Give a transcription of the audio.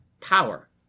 power